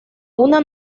una